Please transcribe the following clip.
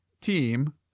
team